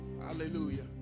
hallelujah